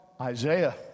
Isaiah